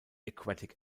aquatic